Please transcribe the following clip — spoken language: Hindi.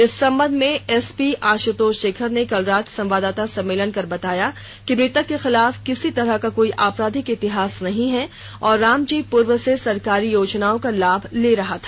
इस संबंध में एसपी आश्तोष शेखर ने कल रात को संवाददाता सम्मेलन कर बताया कि मृतक के खिलाफ किसी तरह का कोई आपराधिक इतिहास नहीं है और रामजीव पूर्व से सरकारी योजनाओं का लाभ ले रहा था